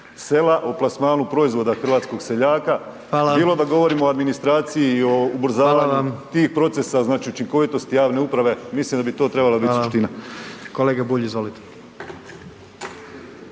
sela, o plasmanu proizvoda hrvatskog seljaka …/Upadica: Hvala/…bilo da govorimo o administraciji i o ubrzavanju …/Upadica: Hvala vam/…tih procesa, znači učinkovitosti javne uprave, mislim da bi to trebala bit suština.